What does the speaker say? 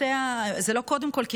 זה לא קודם כול,